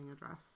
address